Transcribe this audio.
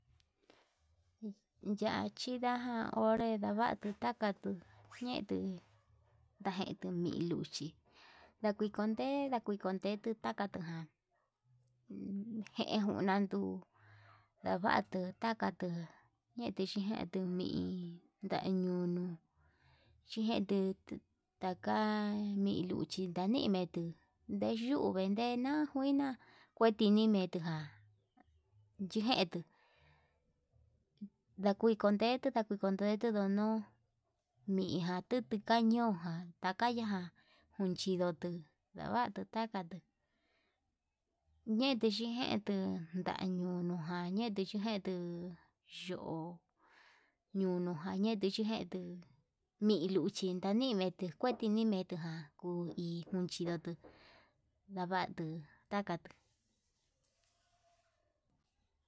Ya'a chinda onre ndatu ndakatu, ñeuu ndajetu miluchi ndaikonde ndakonte takatu ján jejunanduu ndavatu takatu ñetuu xhetuu mii ndañunu yetuu taka, nii luchi ndanimetu ndeyuu ndenena juina kuetini metuján, yijentu ndakui kundetu ndajui kundetu anuu miján tute ka'a ñoján takaya kunchindutu, ndavatu takatu ñetuu xhijetuu ndañunujan yetuu chijetu yo'ó ñonoján yetuu yiñetu, miluchi nañinitu kueti nimetuján kuu hi inchindutu ndavatu taka.